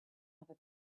other